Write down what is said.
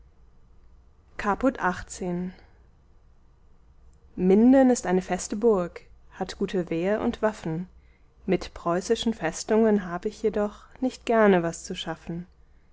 caput xviii minden ist eine feste burg hat gute wehr und waffen mit preußischen festungen hab ich jedoch nicht gerne was zu schaffen